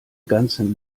ganzen